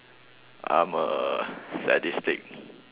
I'm a sadistic